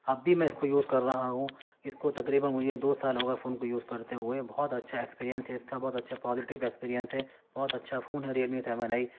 اب بھی میں اس کو یوز کر رہا ہوں اس کو تقریباً مجھے دو سال ہو گئے فون کو یوز کرتے ہوئے بہت اچھا ایکسپیریئنس ہے اس کا بہت اچھا پازٹیو ایکسپیریئنس ہے بہت اچھا فون ہے ریئل می سیون آئی